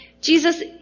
Jesus